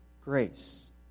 Grace